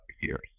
years